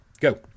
Go